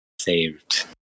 saved